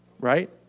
right